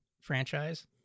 franchise